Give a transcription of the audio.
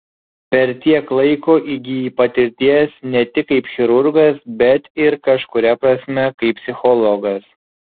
per tiek laiko įgyji patirties ne tik kaip chirurgas bet ir kažkuria prasme kaip psichologas